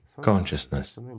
Consciousness